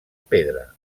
pedra